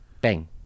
Bang